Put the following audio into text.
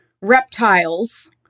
reptiles